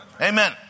Amen